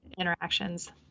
interactions